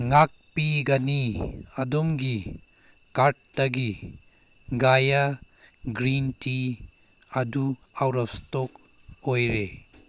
ꯉꯥꯛꯄꯤꯒꯅꯤ ꯑꯗꯣꯝꯒꯤ ꯀꯥꯔꯠꯇꯒꯤ ꯒꯥꯏꯌꯥ ꯒ꯭ꯔꯤꯟ ꯇꯤ ꯑꯗꯨ ꯑꯥꯎꯠ ꯑꯣꯐ ꯏꯁꯇꯣꯛ ꯑꯣꯏꯔꯦ